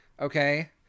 Okay